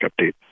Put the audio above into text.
update